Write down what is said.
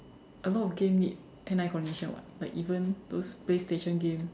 a lot of game need hand eye coordination [what] like even those PlayStation game